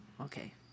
Okay